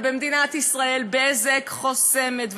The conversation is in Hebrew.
אבל במדינת ישראל "בזק" חוסמת,